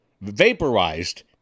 vaporized